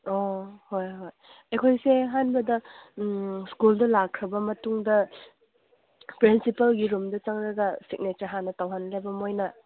ꯑꯣ ꯍꯣꯏ ꯍꯣꯏ ꯑꯩꯈꯣꯏꯁꯦ ꯑꯍꯥꯟꯕꯗ ꯁ꯭ꯀꯨꯜꯗ ꯂꯥꯛꯈ꯭ꯔꯕ ꯃꯇꯨꯡꯗ ꯄ꯭ꯔꯤꯟꯁꯤꯄꯥꯜꯒꯤ ꯔꯨꯝꯗ ꯆꯪꯂꯒ ꯁꯤꯛꯅꯦꯆꯔ ꯍꯥꯟꯅ ꯇꯧꯍꯜꯂꯦꯕ ꯃꯣꯏꯅ